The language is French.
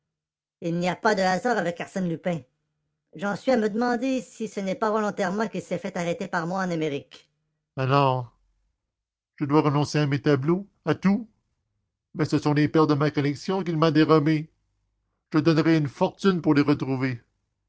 il n'y a pas de hasard avec arsène lupin j'en suis à me demander si ce n'est pas volontairement qu'il s'est fait arrêter par moi en amérique alors je dois renoncer à mes tableaux à tout mais ce sont les perles de ma collection qu'il m'a dérobées je donnerais une fortune pour les retrouver